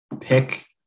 pick